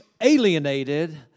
alienated